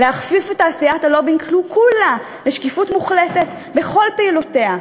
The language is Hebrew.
להכפיף את תעשיית הלובינג כולה לשקיפות מוחלטת בכל פעילויותיה,